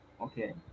Okay